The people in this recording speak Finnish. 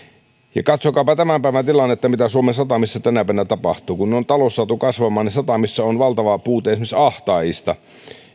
ja katsokaapa tämän päivän tilannetta mitä suomen satamissa tänä päivänä tapahtuu kun on talous saatu kasvamaan niin satamissa on valtava puute esimerkiksi ahtaajista